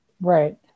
Right